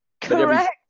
Correct